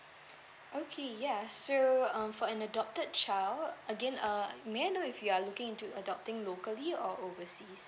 okay ya so um for an adopted child again uh may I know if you are looking into adopting locally or overseas